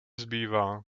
zbývá